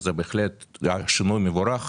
זה בהחלט שינוי מבורך